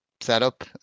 setup